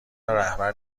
رهبر